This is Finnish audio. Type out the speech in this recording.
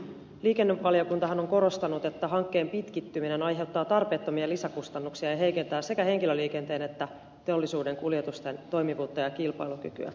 liikennevaliokuntahan on korostanut että hankkeen pitkittyminen aiheuttaa tarpeettomia lisäkustannuksia ja heikentää sekä henkilöliikenteen että teollisuuden kuljetusten toimivuutta ja kilpailukykyä